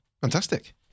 fantastic